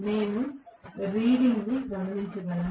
నేను రీడింగ్ గమనించగలను